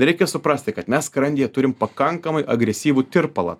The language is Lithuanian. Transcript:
reikia suprasti kad mes skrandyje turim pakankamai agresyvų tirpalą